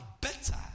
better